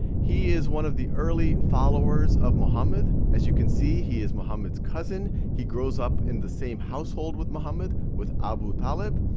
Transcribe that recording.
he is one of the early followers of muhammad. as you can see, he is muhammad's cousin. he grows up in the same household with muhammad with abu talib,